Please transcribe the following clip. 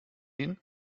ihn